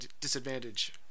disadvantage